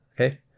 Okay